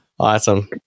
Awesome